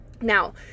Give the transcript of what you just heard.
Now